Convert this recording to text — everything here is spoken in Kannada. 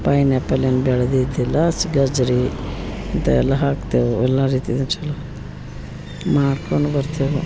ಪೈನ್ಯಾಪಲ್ ಏನೂ ಬೆಳೆದಿದ್ದಿಲ್ಲ ಹಸಿ ಗಜ್ಜರಿ ಇಂಥವೆಲ್ಲ ಹಾಕ್ತೇವೆ ಎಲ್ಲ ರೀತಿಯದು ಚಲೋ ಮಾರ್ಕೊಂಡು ಬರ್ತೇವೆ